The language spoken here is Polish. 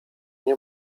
nie